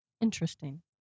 Interesting